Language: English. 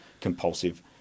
compulsive